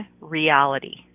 reality